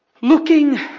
looking